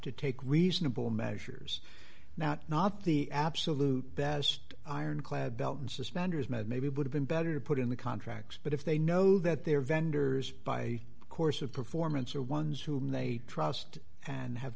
to take reasonable measures now not the absolute best ironclad belt and suspenders maybe would have been better to put in the contracts but if they know that their vendors by course of performance are ones whom they trust and have